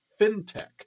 fintech